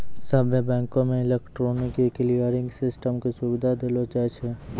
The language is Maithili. सभ्भे बैंको मे इलेक्ट्रॉनिक क्लियरिंग सिस्टम के सुविधा देलो जाय छै